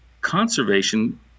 Conservation